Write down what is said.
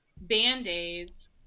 band-aids